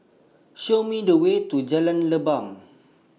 Show Me The Way to Jalan Leban